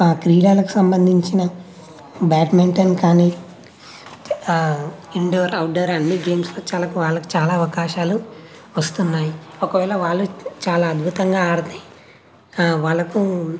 ఆ క్రీడలకు సంబంధించిన బ్యాడ్మింటన్ కానీ ఇండోర్ అవుట్డోర్ అన్ని గేమ్స్లో వాళ్లకి చాలా అవకాశాలు వస్తున్నాయి ఒకవేళ వాళ్ళు చాలా అద్భుతంగా ఆడితే వాళ్లకు